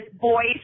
voice